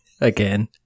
again